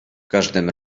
każdym